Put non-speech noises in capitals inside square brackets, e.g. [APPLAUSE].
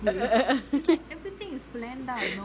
[LAUGHS]